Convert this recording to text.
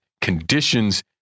conditions